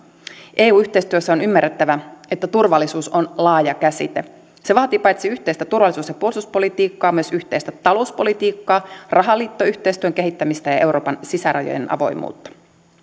eu yhteistyössä on ymmärrettävä että turvallisuus on laaja käsite se vaatii paitsi yhteistä turvallisuus ja puolustuspolitiikkaa myös yhteistä talouspolitiikkaa rahaliittoyhteistyön kehittämistä ja euroopan sisärajojen avoimuutta